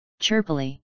chirpily